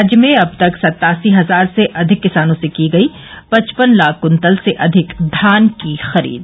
राज्य में अब तक सत्तासी हजार से अधिक किसानों से की गई पचपन लाख कुत्तल से अधिक धान की खरीद